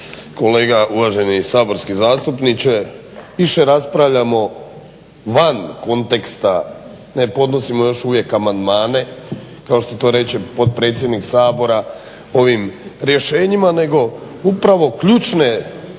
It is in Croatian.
kolega uvaženi saborski zastupniče više raspravljamo van konteksta, ne podnosimo još uvijek amandmane kao što to reče potpredsjednik Sabora ovim rješenjima nego upravo ključne, ključni